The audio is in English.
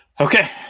Okay